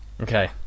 Okay